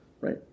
right